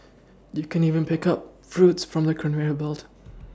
you can even pick up fruits from the conveyor belt